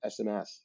SMS